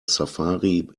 safari